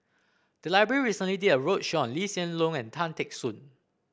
the library recently did a roadshow Lee Hsien Loong and Tan Teck Soon